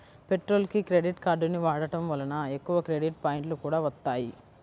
పెట్రోల్కి క్రెడిట్ కార్డుని వాడటం వలన ఎక్కువ క్రెడిట్ పాయింట్లు కూడా వత్తాయి